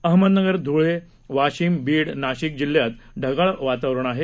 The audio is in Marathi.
अहमदनगर धुळे वाशिम बीड नाशिक जिल्ह्यात ढगाळ वातावरण आहे